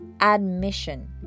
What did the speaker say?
admission